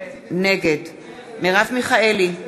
נגד מרב מיכאלי,